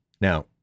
Now